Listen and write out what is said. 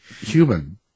human